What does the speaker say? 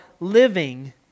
living